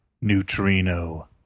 Neutrino